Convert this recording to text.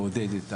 לעודד את השירות.